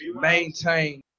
maintain